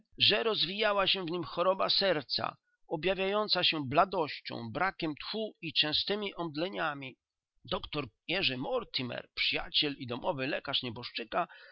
że rozwijała się w nim choroba serca objawiająca się bladością brakiem tchu i częstemi omdleniami doktor jerzy mortimer przyjaciel i domowy lekarz nieboszczyka